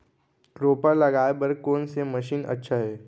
रोपा लगाय बर कोन से मशीन अच्छा हे?